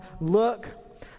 Look